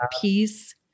peace